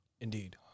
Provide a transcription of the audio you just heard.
Indeed